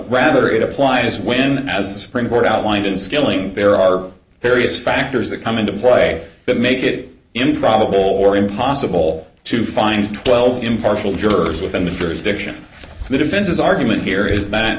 rather it applies when as court outlined in skilling there are various factors that come into play that make it improbable or impossible to find twelve impartial jurors within the st diction the defense's argument here is that